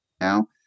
now